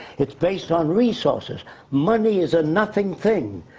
it's based on resources. money is a nothing thing.